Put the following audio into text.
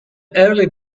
early